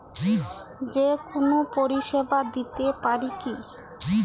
যে কোনো পরিষেবা দিতে পারি কি?